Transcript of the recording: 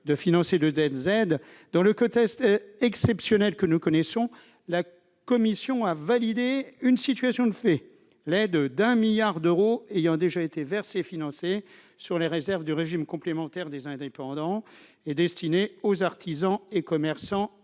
aides, au vu du contexte exceptionnel que nous connaissons, la commission a validé une situation de fait, l'aide de 1 milliard d'euros ayant déjà été versée et financée sur les réserves du régime complémentaire des indépendants, et destinée aux artisans et commerçants